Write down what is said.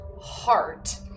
heart